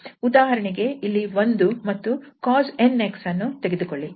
ಉದಾಹರಣೆಗೆ ಇಲ್ಲಿ 1 ಮತ್ತು cos 𝑛𝑥 ಅನ್ನು ತೆಗೆದುಕೊಳ್ಳಿ